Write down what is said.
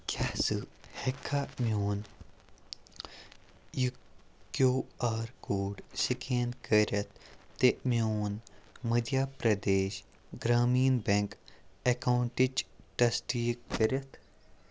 کیٛاہ ژٕ ہٮ۪کہٕ کھا میون یہِ کیو آر کوڈ سِکین کٔرِتھ تہِ میون مٔدھیا پرٛدیش گرٛامیٖن بٮ۪نٛک اٮ۪کاوُنٛٹٕچ تصدیٖق کٔرِتھ